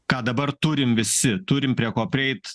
ką dabar turim visi turim prie ko prieit